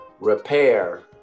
repair